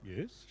yes